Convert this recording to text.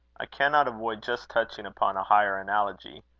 i cannot avoid just touching upon a higher analogy.